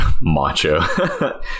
Macho